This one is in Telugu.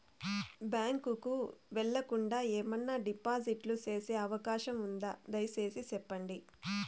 బ్యాంకు కు వెళ్లకుండా, ఏమన్నా డిపాజిట్లు సేసే అవకాశం ఉందా, దయసేసి సెప్పండి?